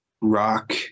rock